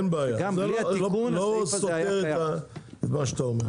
אין בעיה, זה לא סותר את מה שאתה אומר.